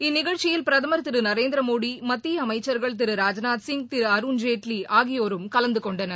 இந்நிகழ்ச்சியில் பிரதமா் திரு நரேந்திரமோடி மத்திய அமைச்சா்கள் திரு ராஜ்நாத் சிங் திரு அருண்ஜேட்லி ஆகியோரும் கலந்து கொண்டனர்